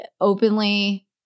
openly